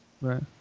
right